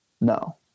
No